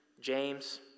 james